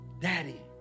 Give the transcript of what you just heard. daddy